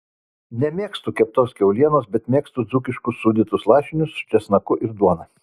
nemėgstu keptos kiaulienos bet mėgstu dzūkiškus sūdytus lašinius su česnaku ir duona